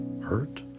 hurt